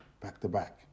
back-to-back